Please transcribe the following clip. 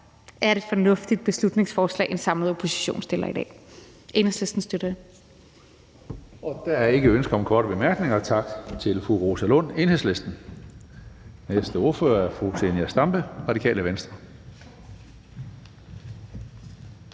er det et fornuftigt beslutningsforslag, som en samlet opposition fremsætter i dag. Enhedslisten støtter